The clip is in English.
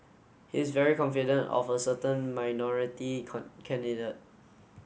he's very confident of a certain minority candidate